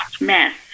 mess